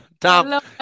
Tom